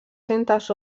centes